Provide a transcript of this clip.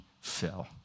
fell